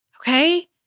Okay